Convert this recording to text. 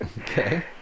okay